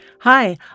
Hi